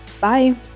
bye